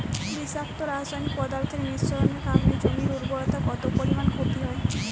বিষাক্ত রাসায়নিক পদার্থের মিশ্রণের কারণে জমির উর্বরতা কত পরিমাণ ক্ষতি হয়?